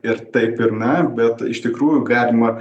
ir taip ir ne bet iš tikrųjų galima